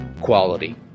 quality